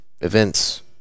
events